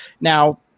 Now